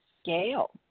scale